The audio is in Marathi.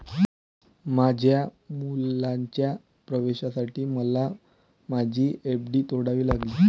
माझ्या मुलाच्या प्रवेशासाठी मला माझी एफ.डी तोडावी लागली